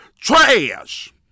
trash